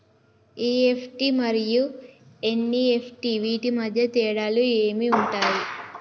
EFT మరియు NEFT వీటి మధ్య తేడాలు ఏమి ఉంటాయి?